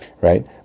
right